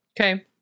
Okay